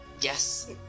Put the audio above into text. yes